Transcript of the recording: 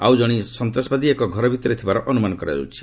ଆଉ ଜଣେ ସନ୍ତାସବାଦୀ ଏକ ଘର ଭିତରେ ଥିବାର ଅନ୍ତମାନ କରାଯାଉଛି